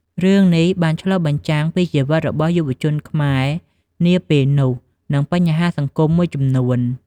រឿងនេះបានឆ្លុះបញ្ចាំងពីជីវិតរបស់យុវជនខ្មែរនាពេលនោះ និងបញ្ហាសង្គមមួយចំនួន។